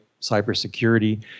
cybersecurity